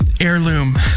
heirloom